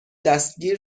دستگیر